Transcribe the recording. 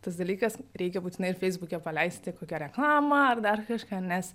tas dalykas reikia būtinai ir feisbuke paleisti kokią reklamą ar dar kažką nes